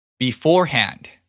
Beforehand